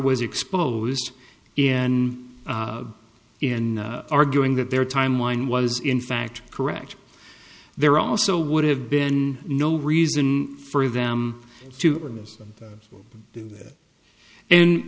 was exposed in in arguing that their timeline was in fact correct there also would have been no reason for them to do that